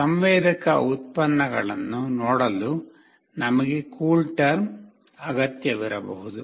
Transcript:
ಸಂವೇದಕ ಉತ್ಪನ್ನಗಳನ್ನು ನೋಡಲು ನಮಗೆ ಕೂಲ್ಟರ್ಮ್ ಅಗತ್ಯವಿರಬಹುದು